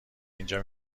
اینجا